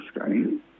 screen